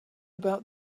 about